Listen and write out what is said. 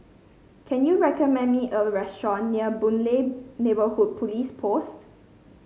can you recommend me a restaurant near Boon Lay Neighbourhood Police Post